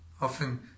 Often